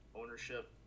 ownership